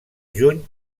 juny